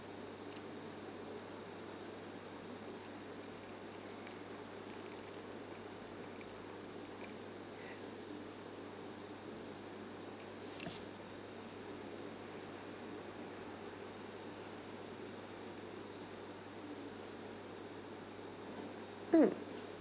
mm